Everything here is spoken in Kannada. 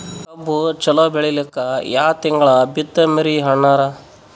ಕಬ್ಬು ಚಲೋ ಬೆಳಿಲಿಕ್ಕಿ ಯಾ ತಿಂಗಳ ಬಿತ್ತಮ್ರೀ ಅಣ್ಣಾರ?